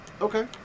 Okay